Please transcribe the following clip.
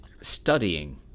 studying